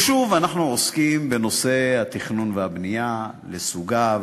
ושוב, אנחנו עוסקים בנושא התכנון והבנייה לסוגיו.